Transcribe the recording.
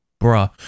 bruh